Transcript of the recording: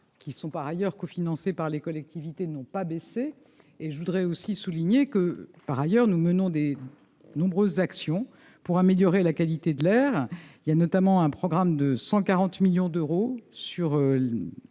qui sont par ailleurs co-financé par les collectivités n'ont pas baissé et je voudrais aussi souligner que par ailleurs nous menons des nombreuses actions pour améliorer la qualité de l'air, il y a notamment un programme de 140 millions d'euros sur